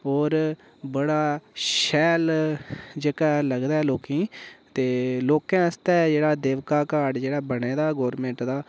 होर बड़ा शैल जेह्का लगदा ऐ लोकें ईं ते लोकें आस्तै जेह्ड़ा देवका घाट जेह्ड़ा बने दा गौरमेंट दा